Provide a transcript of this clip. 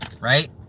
right